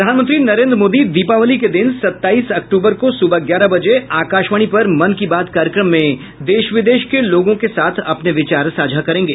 प्रधानमंत्री नरेन्द्र मोदी दीपावली के दिन सताईस अक्टूबर को सुबह ग्यारह बजे आकाशवाणी पर मन की बात कार्यक्रम में देश विदेश के लोगों के साथ अपने विचार साझा करेंगे